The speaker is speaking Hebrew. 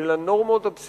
של הנורמות הבסיסיות,